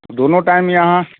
तो दोनों टाइम यहाँ